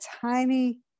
tiny